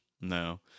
No